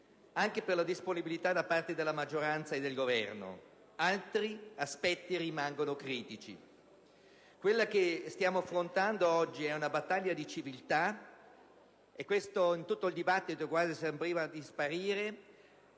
anche per la disponibilità da parte della maggioranza e del Governo. Altri aspetti rimangono critici. Quella che stiamo affrontando oggi è una battaglia di civiltà - una civiltà che nel dibattito è sembrata quasi sparire